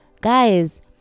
Guys